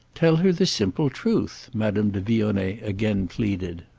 tell her the simple truth, madame de vionnet again pleaded.